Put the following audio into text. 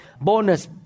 bonus